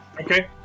Okay